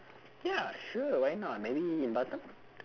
ya sure why not maybe in batam